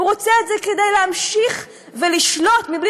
הוא רוצה את זה כדי להמשיך ולשלוט בלי